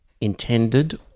intended